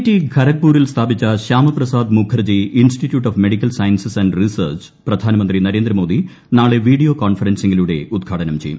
T ഖരഗ്പൂരിൽ സ്ഥാപിച്ച Shyama Prasad Mukherjee institute of medical sciences and research പ്രധാനമന്ത്രി നരേന്ദ്രമോദി നാളെ വീഡിയോ കോൺഫറൻസിംഗിലൂടെ ഉദ്ഘാടനം ചെയ്യും